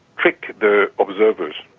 trick the observers.